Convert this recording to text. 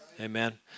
Amen